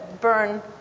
burn